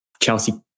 Chelsea